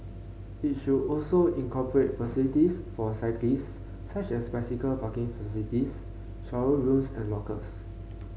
it should also incorporate facilities for cyclists such as bicycle parking facilities shower rooms and lockers